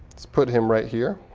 let's put him right here.